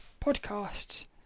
podcasts